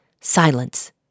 Silence